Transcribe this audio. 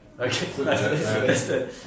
Okay